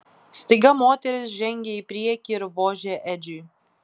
staiga moteris žengė į priekį ir vožė edžiui